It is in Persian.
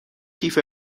کیف